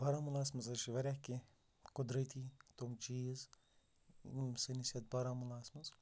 بارہمولاہَس منٛز حظ چھِ واریاہ کینٛہہ قۄدرٔتی تِم چیٖز یِم سٲنِس یَتھ بارہمولاہَس منٛز